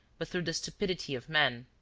but through the stupidity of man.